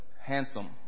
handsome